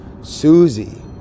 Susie